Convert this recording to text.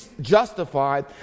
justified